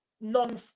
non